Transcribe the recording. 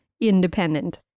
independent